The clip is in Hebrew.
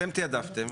אתם תעדפתם.